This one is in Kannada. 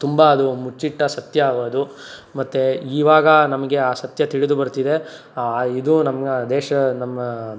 ತುಂಬ ಅದು ಮುಚ್ಚಿಟ್ಟ ಸತ್ಯ ಅದು ಮತ್ತು ಇವಾಗ ನಮಗೆ ಆ ಸತ್ಯ ತಿಳಿದು ಬರ್ತಿದೆ ಆ ಇದು ನಮ್ಮ ದೇಶ ನಮ್ಮ